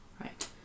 Right